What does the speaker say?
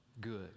good